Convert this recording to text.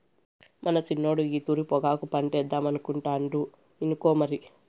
మన సిన్నోడు ఈ తూరి పొగాకు పంటేద్దామనుకుంటాండు ఇనుకో మరి